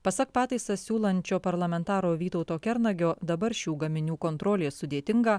pasak pataisą siūlančio parlamentaro vytauto kernagio dabar šių gaminių kontrolė sudėtinga